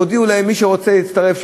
והודיעו להם: מי שרוצה להצטרף,